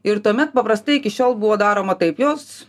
ir tuomet paprastai iki šiol buvo daroma taip jos